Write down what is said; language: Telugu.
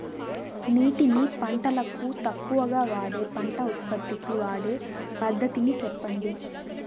నీటిని పంటలకు తక్కువగా వాడే పంట ఉత్పత్తికి వాడే పద్ధతిని సెప్పండి?